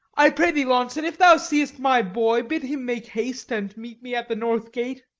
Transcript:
i pray thee, launce, an if thou seest my boy, bid him make haste and meet me at the northgate.